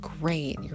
great